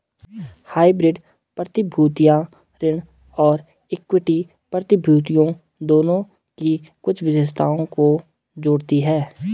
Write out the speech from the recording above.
hybrid प्रतिभूतियां ऋण और इक्विटी प्रतिभूतियों दोनों की कुछ विशेषताओं को जोड़ती हैं